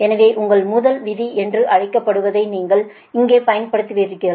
எனவே உங்கள் முதல் விதி என்று அழைக்கப்படுவதை நீங்கள் இங்கே பயன்படுத்துகிறீர்கள்